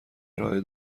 ارائه